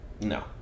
no